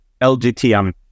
LGTM